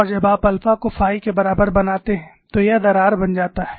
और जब आप अल्फा को फाई के बराबर बनाते हैं तो यह दरार बन जाता है